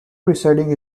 residing